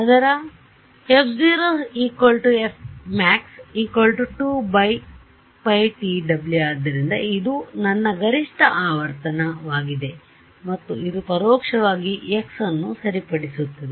ಆದ್ದರಿಂದ ಅದರ f 0 f max 2πtw ಆದ್ದರಿಂದ ಇದು ನನ್ನ ಗರಿಷ್ಠ ಆವರ್ತನವಾಗಿದೆ ಮತ್ತು ಇದು ಪರೋಕ್ಷವಾಗಿ x ನ್ನು ಸರಿಪಡಿಸುತ್ತದೆ